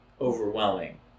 overwhelming